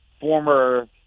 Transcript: former